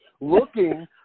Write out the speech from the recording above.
looking